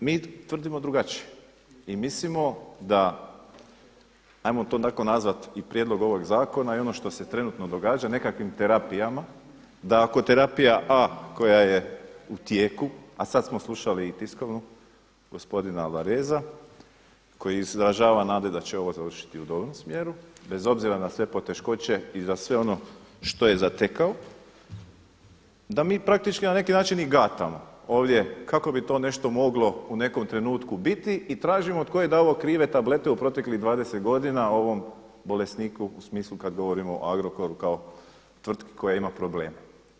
A mi tvrdimo drugačije i mislimo da, ajmo to tako nazvati i prijedlog ovog zakona i ono što se trenutno događa nekakvim terapijama, da ako terapija A koja je u tijeku, a sada smo slušali i tiskovnu gospodina Alvareza koji izražava nade da će ovo završiti u dobrom smjeru bez obzira na sve poteškoće i za sve ono što je zatekao, da mi praktički na neki način i gatamo ovdje kako bi to nešto moglo u nekom trenutku biti i tražimo tko je davao krive tablete u proteklih 20 godina ovom bolesniku u smislu kada govorimo o Agrokoru kao tvrtki koja ima problema.